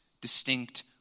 distinct